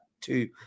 two